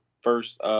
first